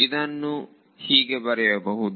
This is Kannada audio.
ಇದನ್ನು ಹೀಗೆ ಬರೆಯಬಹುದು